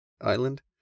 Island